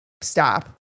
stop